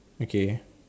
okay